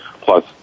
Plus